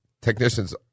technicians